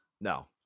No